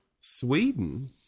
Sweden